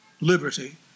liberty